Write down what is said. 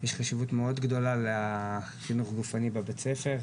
יש חשיבות מאוד גדולה לחינוך גופני בבית הספר,